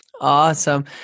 Awesome